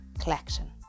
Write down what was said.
collection